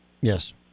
Yes